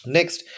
Next